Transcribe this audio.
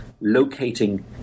locating